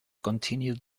continued